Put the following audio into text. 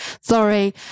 sorry